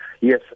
Yes